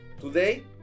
Today